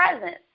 present